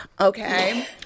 okay